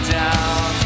down